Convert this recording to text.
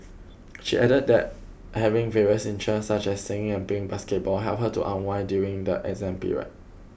she added that having various interests such as singing and playing basketball helped her to unwind during the exam period